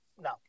No